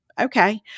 Okay